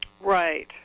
Right